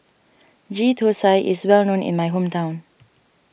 Ghee Thosai is well known in my hometown